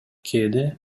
кээде